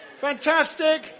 Fantastic